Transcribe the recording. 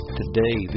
today